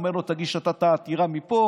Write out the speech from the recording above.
אומר לו: תגיש את אותה עתירה מפה,